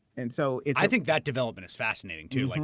and so i think that development is fascinating, too. like